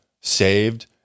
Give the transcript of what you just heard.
saved